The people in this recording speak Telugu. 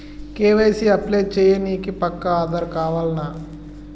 కే.వై.సీ అప్లై చేయనీకి పక్కా ఆధార్ కావాల్నా?